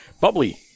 Bubbly